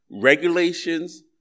regulations